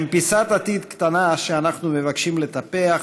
הם פיסת עתיד קטנה שאנחנו מבקשים לטפח,